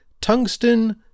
tungsten